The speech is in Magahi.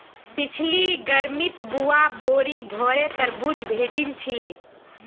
पिछली गर्मीत बुआ बोरी भोरे तरबूज भेजिल छिले